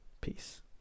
Peace